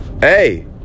Hey